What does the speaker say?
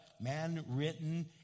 man-written